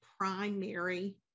primary